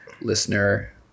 listener